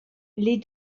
les